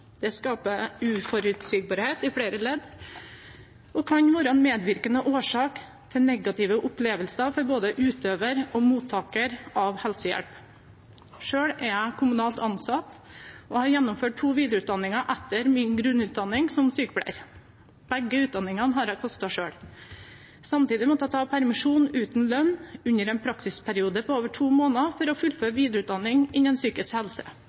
Det skaper uforutsigbarhet i flere ledd og kan være en medvirkende årsak til negative opplevelser for både utøver og mottaker av helsehjelp. Selv er jeg kommunalt ansatt og har gjennomført to videreutdanninger etter min grunnutdanning som sykepleier. Begge utdanningene har jeg kostet selv, samtidig som jeg har måttet ta permisjon uten lønn under en praksisperiode på over to måneder for å fullføre videreutdanning innen psykisk helse,